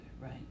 right